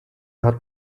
hat